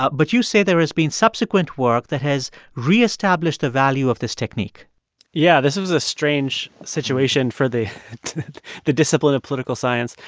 but you say there has been subsequent work that has re-established the value of this technique yeah. this was a strange situation for the the discipline of political science.